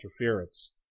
interference